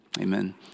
Amen